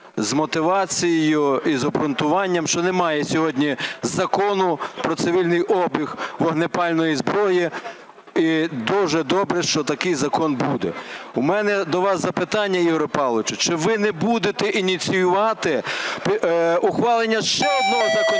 з мотивацією і з обґрунтуванням, що немає сьогодні закону про цивільний обіг вогнепальної зброї. І дуже добре, що такий закон буде. У мене до вас запитання, Ігорю Павловичу, чи ви не будете ініціювати ухвалення ще одного законопроекту?